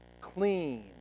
clean